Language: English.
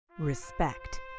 Respect